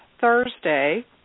Thursday